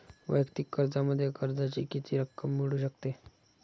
वैयक्तिक कर्जामध्ये कर्जाची किती रक्कम मिळू शकते?